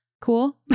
Cool